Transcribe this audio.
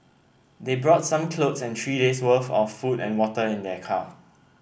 they brought some clothes and three days' worth of food and water in their car